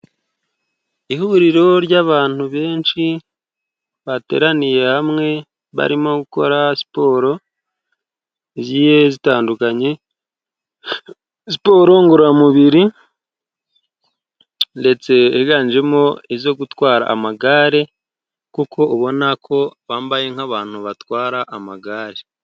Ihuriro ry'abantu benshi bateraniye hamwe barimo gukora siporo zitandukanye, siporo ngororamubiri ndetse yiganjemo izo gutwara amagare, kuko ubona ko bambaye nk'abantu batwara amagare.